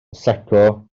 secco